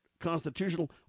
constitutional